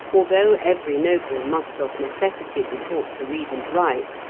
although every noble must of necessity be taught to read and write,